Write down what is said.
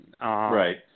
Right